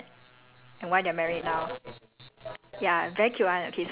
opposite of this question err I I tell you how my aunt and uncle met